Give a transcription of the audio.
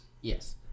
Yes